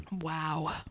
Wow